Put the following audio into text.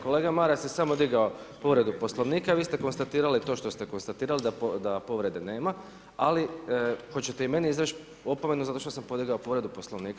Kolega Maras je samo digao povredu Poslovnika, vi ste konstatirali to što ste konstatirali da povrede nema, ali hoćete li i meni izreći opomenu zato što sam podigao povredu Poslovnika.